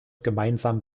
gemeinsam